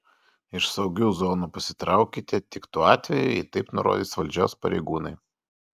iš saugių zonų pasitraukite tik tuo atveju jei taip nurodys valdžios pareigūnai